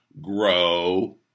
Grow